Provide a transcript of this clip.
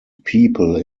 people